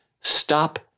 stop